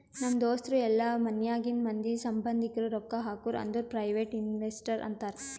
ನಮ್ ದೋಸ್ತರು ಇಲ್ಲಾ ಮನ್ಯಾಗಿಂದ್ ಮಂದಿ, ಸಂಭಂದಿಕ್ರು ರೊಕ್ಕಾ ಹಾಕುರ್ ಅಂದುರ್ ಪ್ರೈವೇಟ್ ಇನ್ವೆಸ್ಟರ್ ಅಂತಾರ್